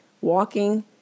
walking